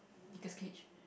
Nicholas-Cage